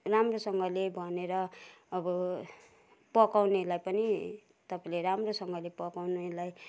राम्रोसँगले भनेर अब पकाउनेलाई पनि तपाईँले राम्रोसँगले पकाउनेलाई